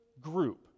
group